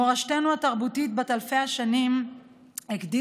מורשתנו התרבותית בת אלפי השנים הקדימה